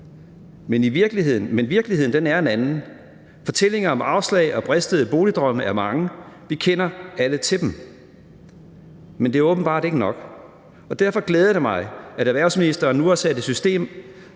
men virkeligheden er en anden. Fortællinger om afslag og bristede boligdrømme er mange; vi kender alle til dem, men det er åbenbart ikke nok. Og derfor glæder det mig, at erhvervsministeren nu har sat et system